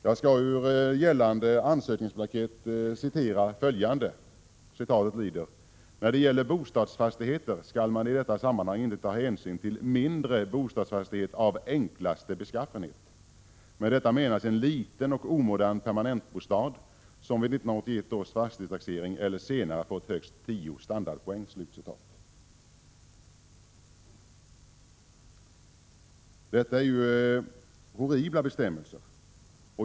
Jag skall ur gällande ansökningsblankett citera följande: ”När det gäller bostadsfastigheter skall man i detta sammanhang inte ta hänsyn till ”mindre bostadsfastighet av enklaste beskaffenhet”. Med detta menas en liten och omodern permanentbostad, som vid 1981 års fastighetstaxering eller senare fått högst 10 standardpoäng.” Detta är ju horribla bestämmelser.